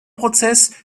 prozess